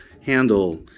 handle